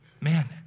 man